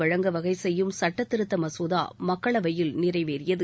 வழங்க வகை செய்யும் சட்டத்திருத்த மசோதா மக்களவையில் நிறைவேறியது